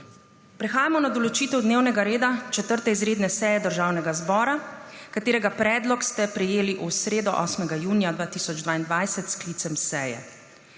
Prehajamo na določitev dnevnega reda 4. izredne seje Državnega zbora, katerega predlog ste prejeli v sredo, 8. junija 2022, s sklicem seje.